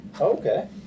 Okay